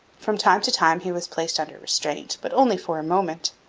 from time to time he was placed under restraint, but only for a moment.